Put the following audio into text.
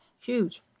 Huge